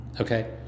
Okay